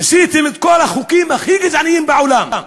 ניסיתם את כל החוקים הכי גזעניים בעולם,